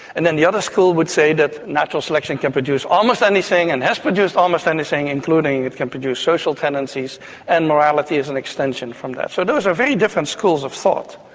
and then the other school would say that natural selection can produce almost anything and has produced almost anything, including it can produce social tendencies and morality as an extension from that. so those are very different schools of thought.